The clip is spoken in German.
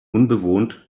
unbewohnt